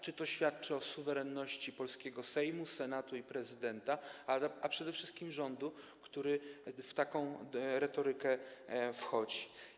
Czy to świadczy o suwerenności polskiego Sejmu, Senatu, prezydenta i przede wszystkim rządu, który w taką retorykę wchodzi?